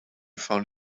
found